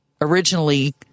originally